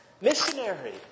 missionary